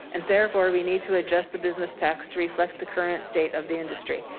and therefore we need to adjust the business tax to reflect the current state of the industry.